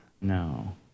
No